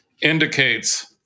indicates